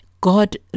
God